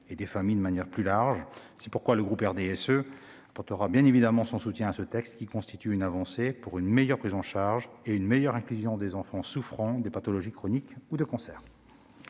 des familles. C'est pourquoi le groupe du RDSE apportera bien évidemment son soutien à ce texte, qui constitue une avancée et permettra une meilleure prise en charge et une meilleure inclusion des enfants souffrant de pathologies chroniques ou de cancers.